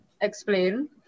Explain